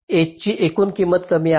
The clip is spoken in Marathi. एजची एकूण किंमत कमी आहे